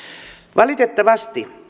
valitettavasti